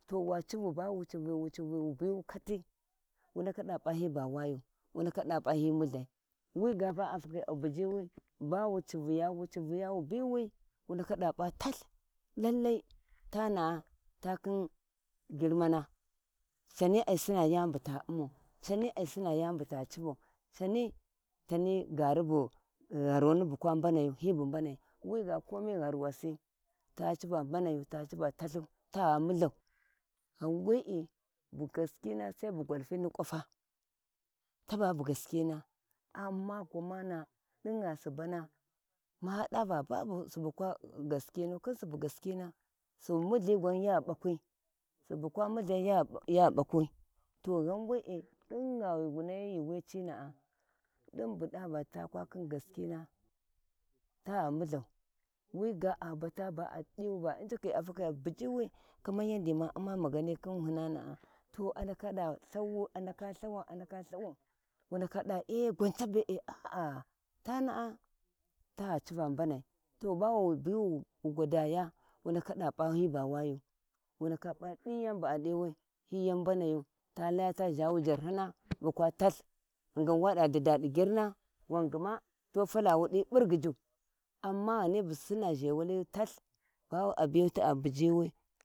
To wa civi bowu civi wucivi wu biwi to ndaka da P’a hi ba wayu wu ndaka da p’a hi mullai, wi ga ba a fakhi a buyiwi bawa civiya wu civiya wa biwi wu ndaka da p’a tath lallai tana’a takhin, girmane cani ai sinna yani buta ummau cani ai Sina yani buta civau cani tani gaari bu gharwi bu kwabuyu hi bu mbanai, wi ga komai gharwasi ta civa mbanayu ta civa talhu ta mulhau ghan wee, bu gaskina saibu gwalti ni kwafa taba bu gaskina, amma gwa manda dingha subana ma dava dingha subana ma dava bu gaskinu subu mulhi gwan ya ɓakwi subukwa mulhai ya ɓakwi to ghan wee, tigha wa nahi yuuwi cina’a diu bu dava takwakhi gaskina ta mulhau wi ga ba’a fakhi a diva injiki a bujiwi kaman yaudi ma uuma magani khin hunanəa ta a ndaka ihawau a ndaka ihawau wu ndaka ee gwan cabe aa tana’a ta civa mbanai bawu biwi wu gwadiya wu ndaka da p’a hiba wayu wu ndaka p’a din yani bu a divi p’a hi wayu wu ndaka da p’a diu yani bu a diwi hi yau mbanayu fa laya ta zhwau jarhina buwa talh ghingin wada diddadi girna wa gue to falawu di bighiju amma ghani bu sino ʒhewali talh ba a biti a bujiwi.